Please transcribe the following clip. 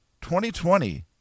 2020